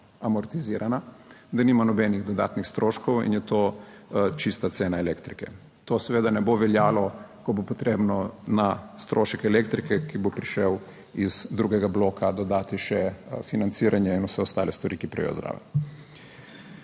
amortizirana, da nima nobenih dodatnih stroškov in je to čista cena elektrike. To seveda ne bo veljalo, ko bo potrebno na strošek elektrike, ki bo prišel iz drugega bloka, dodati še financiranje in vse ostale stvari, ki pridejo zraven.